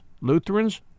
Lutherans